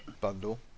bundle